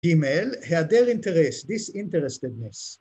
אימייל, העדר אינטרס - דיסאינטרסטדנס.